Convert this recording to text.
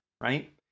right